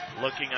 Looking